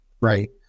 right